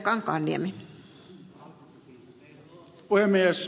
arvoisa rouva puhemies